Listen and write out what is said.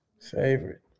Favorite